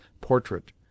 portrait